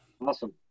Awesome